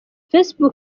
facebook